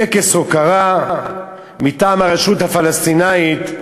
נערך טקס הוקרה מטעם הרשות הפלסטינית,